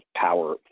power